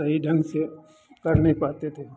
सही ढंग से कर नहीं पाते थे